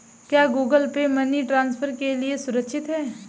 क्या Google Pay money transfer के लिए सुरक्षित है?